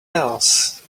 else